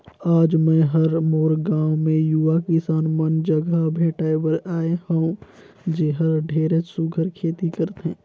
आज मैं हर मोर गांव मे यूवा किसान मन जघा भेंटाय बर आये हंव जेहर ढेरेच सुग्घर खेती करथे